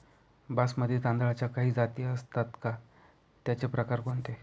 बासमती तांदळाच्या काही जाती असतात का, त्याचे प्रकार कोणते?